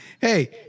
Hey